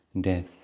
death